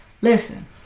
listen